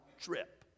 trip